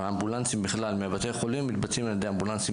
אמבולנסים מבתי החולים הם אמבולנסים